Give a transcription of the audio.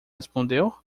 respondeu